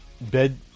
bed